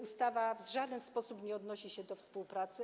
Ustawa w żaden sposób nie odnosi się do współpracy.